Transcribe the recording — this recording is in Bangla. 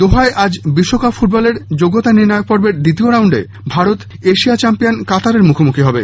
দোহায় আজ বিশ্বকাপ ফুটবলের যোগ্যতা নির্ণয়ক পর্বের দ্বিতীয় রাউন্ডে ভারত এশিয়া চ্যাম্পিয়ান কাতারের মুখোমুখি হবে